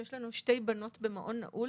ויש לנו שתי בנות במעון נעול